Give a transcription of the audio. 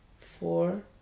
Four